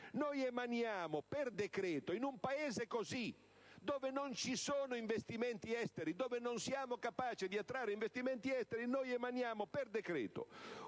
ci mancherebbe), in un Paese così, dove non ci sono investimenti esteri, dove non siamo capaci di attrarre investimenti, adottiamo per decreto